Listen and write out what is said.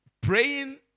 praying